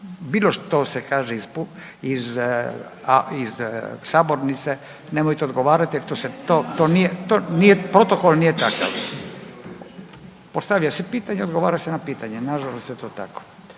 bilo što se kaže iz sabornice, nemojte odgovarati jer to se, to nije, protokol nije takav. Postavio si pitanje, odgovarao si pitanje, nažalost je to tako.